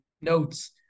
notes